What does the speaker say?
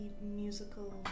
musical